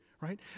Right